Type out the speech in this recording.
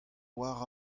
oar